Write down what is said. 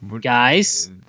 guys